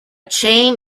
chain